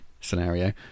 scenario